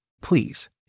Please